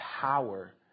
power